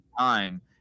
time